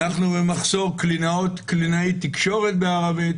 אנחנו במחסור בקלינאי וקלינאיות תקשורת בערבית.